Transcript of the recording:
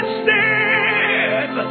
stand